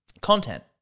content